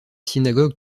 synagogue